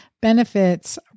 benefits